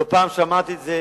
לא פעם שמעתי את זה